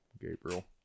gabriel